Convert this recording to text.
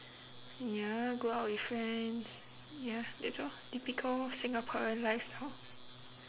ya go out with friends ya that's all typical singaporean lifestyle